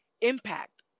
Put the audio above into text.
impact